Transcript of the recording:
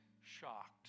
shocked